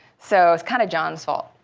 so it's kind of jon's fault.